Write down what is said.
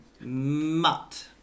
mutt